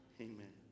Amen